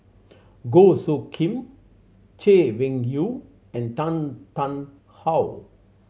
Goh Soo Khim Chay Weng Yew and Tan Tarn How